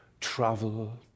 travel